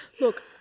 Look